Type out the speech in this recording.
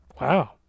wow